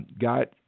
got